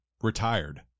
retired